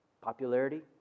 popularity